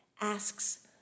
asks